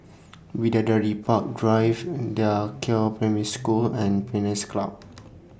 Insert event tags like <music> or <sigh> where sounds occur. Bidadari Park Drive DA Qiao Primary School and Pines Club <noise>